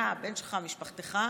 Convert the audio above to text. אתה, הבן שלך, משפחתך,